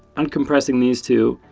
uncompressing these two,